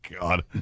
god